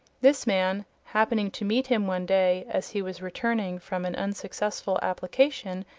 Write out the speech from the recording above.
this man, happening to meet him one day as he was returning from an unsuccessful application,